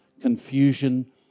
confusion